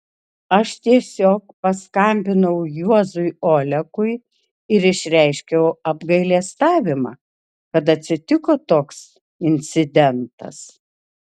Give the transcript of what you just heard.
aš tiesiog paskambinau juozui olekui ir išreiškiau apgailestavimą kad atsitiko toks incidentas